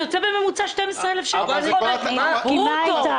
זה יוצא בממוצע 12,000 שקל לחודש ברוטו.